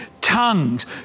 tongues